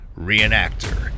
reenactor